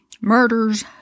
murders